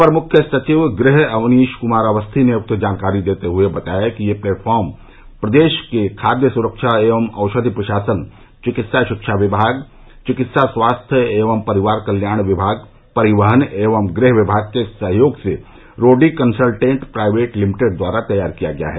अपर मुख्य सचिव गृह अवनीश कुमार अवस्थी ने उक्त जानकारी देते हुए बताया कि यह प्लेटफार्म प्रदेश के खाद्य सुरक्षा एवं औषधि प्रशासन चिकित्सा शिक्षा विभाग चिकित्सा स्वास्थ्य एवं परिवार कल्याण विभाग परिवहन एवं गृह विभाग के सहयोग से रोडिक कंसल्टेंट प्राइवेट लिमिटेड द्वारा तैयार किया गया है